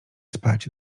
spać